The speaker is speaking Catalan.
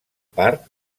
part